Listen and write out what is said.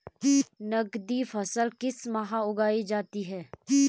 नकदी फसल किस माह उगाई जाती है?